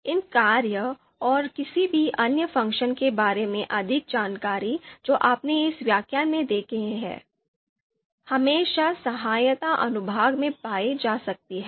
इन कार्यों और किसी भी अन्य फ़ंक्शन के बारे में अधिक जानकारी जो आपने इस व्याख्यान में देखी है हमेशा सहायता अनुभाग में पाई जा सकती है